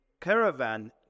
caravan